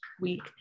week